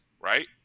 right